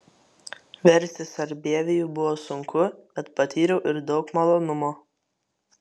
versti sarbievijų buvo sunku bet patyriau ir daug malonumo